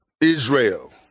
Israel